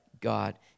God